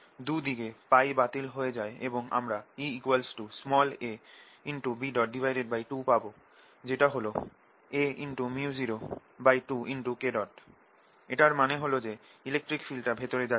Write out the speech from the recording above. দু দিকে π বাতিল হয়ে যায় এবং আমরা EaB2 পাব যেটা হল aµ02K এটার মানে হল যে ইলেকট্রিক ফিল্ডটা ভেতরে যাচ্ছে